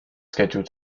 scheduled